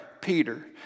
Peter